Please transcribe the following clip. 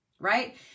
right